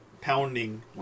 pounding